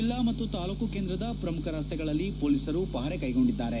ಜಿಲ್ಲಾ ಮತ್ತು ತಾಲೂಕು ಕೇಂದ್ರದ ಪ್ರಮುಖ ರಸ್ತೆಗಳಲ್ಲಿ ಪೊಲೀಸರು ಪಹರೆ ಕೈಗೊಂಡಿದ್ದಾರೆ